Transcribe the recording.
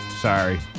Sorry